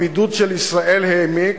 הבידוד של ישראל העמיק,